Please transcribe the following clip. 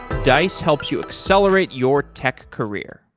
dice helps you accelerate your tech career.